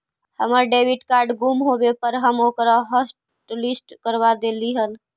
हमर debit card गुम होवे पर हम ओकरा हॉटलिस्ट करवा देली हल